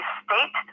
state